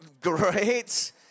Great